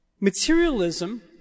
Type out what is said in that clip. Materialism